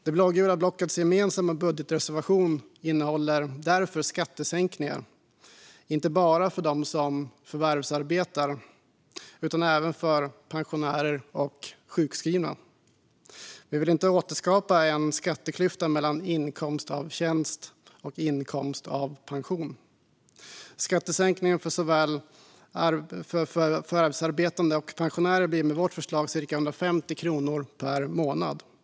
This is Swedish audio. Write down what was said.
Det blågula blockets gemensamma budgetreservation innehåller därför skattesänkningar, inte bara för de som förvärvsarbetar utan även för pensionärer och sjukskrivna. Vi vill inte återskapa en skatteklyfta mellan inkomst av tjänst och inkomst av pension. Skattesänkningen för såväl förvärvsarbetande som pensionärer blir med vårt förslag cirka 150 kronor per månad.